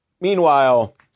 Meanwhile